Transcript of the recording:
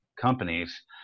companies